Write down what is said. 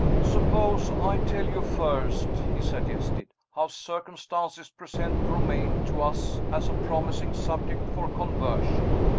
suppose i tell you first, he suggested, how circumstances present romayne to us as a promising subject for conversion.